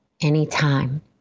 anytime